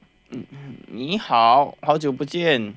你好好久不见